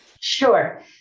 sure